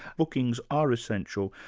bookings are essential.